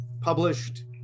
published